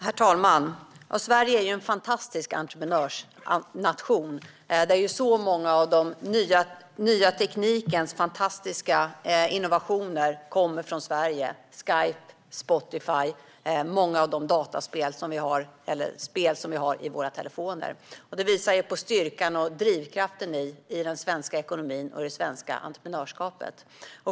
Herr talman! Sverige är en fantastisk entreprenörsnation. Så många av den nya teknikens fantastiska innovationer kommer från Sverige, som Skype, Spotify och många av de spel vi har i våra telefoner. Det visar på styrkan och drivkraften i den svenska ekonomin och det svenska entreprenörskapet.